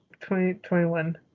2021